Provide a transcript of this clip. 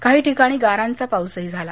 काही ठिकाणी गारांचा पाऊस झाला